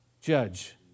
judge